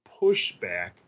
pushback